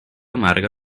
amarga